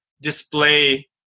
display